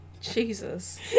Jesus